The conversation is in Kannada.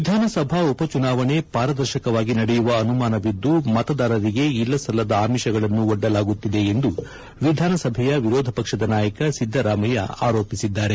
ವಿಧಾನಸಭಾ ಉಪಚುನಾವಣೆ ಪಾರದರ್ಶಕವಾಗಿ ನಡೆಯುವ ಅನುಮಾನವಿದ್ದು ಮತದಾರರಿಗೆ ಇಲ್ಲಸಲ್ಲದ ಆಮಿಷಗಳನ್ನು ಒಡ್ಡಲಾಗುತ್ತಿದೆ ಎಂದು ವಿಧಾನಸಭೆ ವಿರೋಧ ಪಕ್ಷದ ನಾಯಕ ಸಿದ್ದರಾಮಯ್ಯ ಆರೋಪಿಸಿದ್ದಾರೆ